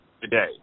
today